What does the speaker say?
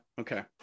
Okay